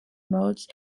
modes